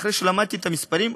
אחרי שלמדתי את המספרים,